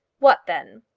what then?